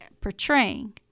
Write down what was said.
portraying